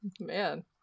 Man